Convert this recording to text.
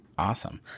awesome